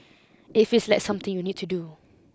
it feels like something you need to do